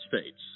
States